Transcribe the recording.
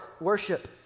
worship